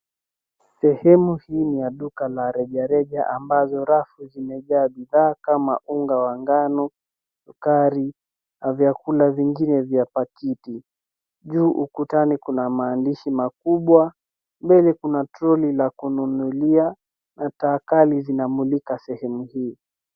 Sehemu hii ni ya duka la rejareja ambazo rafu zimejaa bidhaa kama unga wa ngano, sukari na vyakula vingine vya pakiti. Juu ukutani kuna maandishi makubwa. Mbele kuna trolley la kununulia na taa kali zinamulika sehemu hii.